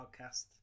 podcast